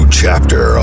chapter